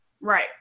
Right